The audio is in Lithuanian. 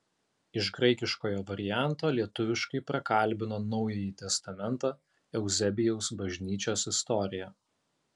iš graikiškojo varianto lietuviškai prakalbino naująjį testamentą euzebijaus bažnyčios istoriją